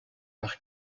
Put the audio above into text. par